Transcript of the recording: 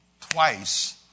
twice